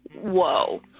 whoa